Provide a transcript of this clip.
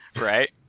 right